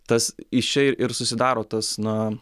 tas iš čia ir susidaro tas na